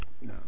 no